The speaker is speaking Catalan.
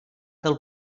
del